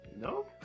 No